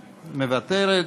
מוותרת,